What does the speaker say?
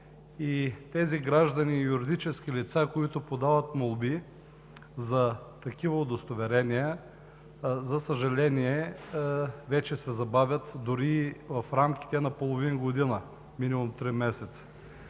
Гражданите и юридическите лица, които подават молби за такива удостоверения, за съжаление, вече се забавят дори и в рамките на половин година, минимум – три месеца.